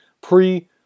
pre